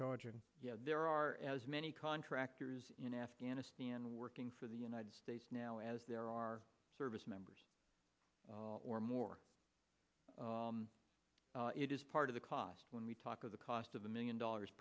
charging there are as many contractors in afghanistan working for the united states now as there are service members or more it is part of the cost when we talk of the cost of a million dollars